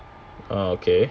okay